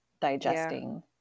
Digesting